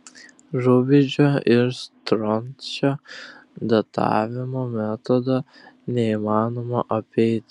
rubidžio ir stroncio datavimo metodo neįmanoma apeiti